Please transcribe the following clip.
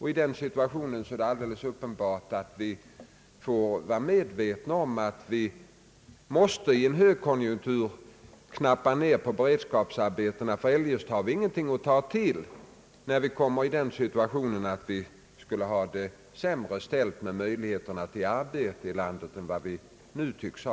I den situationen är det alldeles uppenbart att vi måste i en högkonjunktur knappa in på beredskapsarbetena, ty eljest har vi ingenting att ta till om vi skulle få sämre möjligheter till arbete i landet än vi nu tycks ha.